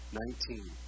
nineteen